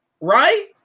right